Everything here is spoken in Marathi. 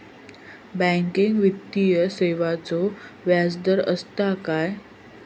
बँकिंग वित्तीय सेवाचो व्याजदर असता काय?